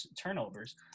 turnovers